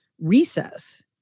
recess